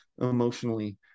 emotionally